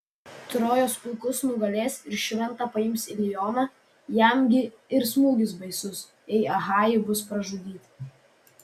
trojos pulkus nugalės ir šventą paims ilioną jam gi ir smūgis baisus jei achajai bus pražudyti